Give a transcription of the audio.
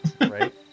Right